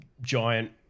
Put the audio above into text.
giant